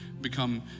become